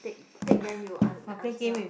take take then you an~ answer